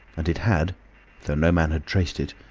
and it had, though no man had traced it,